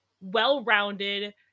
well-rounded